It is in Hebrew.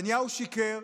נתניהו שיקר,